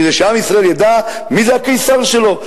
כדי שעם ישראל ידע מי זה הקיסר שלו,